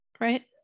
right